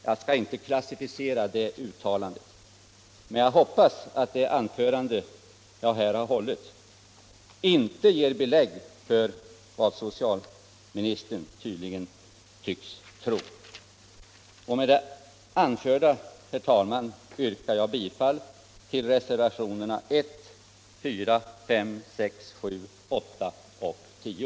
Jag skall inte klassificera det uttalandet, men jag hoppas att det anförande som jag här har hållit inte ger belägg för vad socialministern tycks tro. Med det anförda yrkar jag, herr talman, bifall till reservationerna 1, 4, 5, 6, 7, 8 och 10.